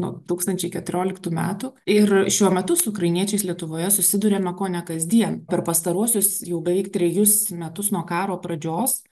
nuo du tūkstančiai keturioliktų metų ir šiuo metu su ukrainiečiais lietuvoje susiduriame kone kasdien per pastaruosius jau beveik trejus metus nuo karo pradžios